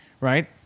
right